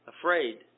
afraid